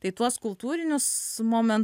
tai tuos kultūrinius momentus taip